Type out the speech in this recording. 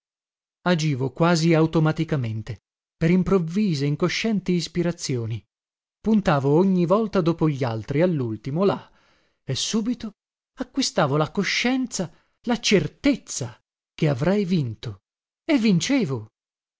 agivo quasi automaticamente per improvvise incoscienti ispirazioni puntavo ogni volta dopo gli altri allultimo là e subito acquistavo la coscienza la certezza che avrei vinto e vincevo